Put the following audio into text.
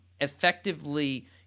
effectively